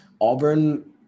Auburn